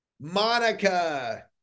Monica